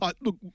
Look